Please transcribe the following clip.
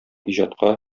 иҗатка